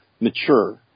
mature